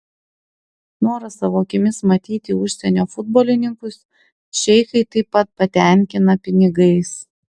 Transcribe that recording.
norą savo akimis matyti užsienio futbolininkus šeichai taip pat patenkina pinigais